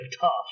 tough